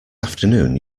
afternoon